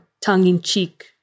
tongue-in-cheek